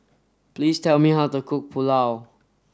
please tell me how to cook Pulao